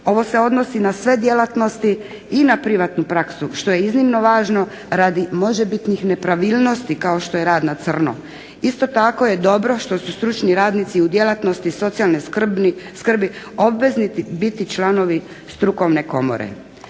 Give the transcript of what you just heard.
Ovo se odnosi na sve djelatnosti i na privatnu praksu što je iznimno važno radi možebitnih nepravilnosti kao što je rad na crno. Isto tako je dobro što su stručni radnici u djelatnosti socijalne skrbi obvezni biti članovi strukovne komore.